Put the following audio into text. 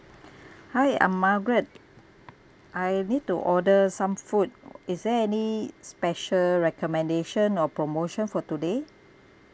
hi I'm margaret I need to order some food is there any special recommendation or promotion for today